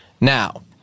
Now